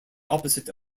opposite